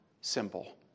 Simple